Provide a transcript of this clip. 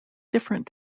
different